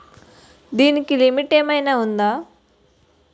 దీనికి లిమిట్ ఆమైనా ఉందా?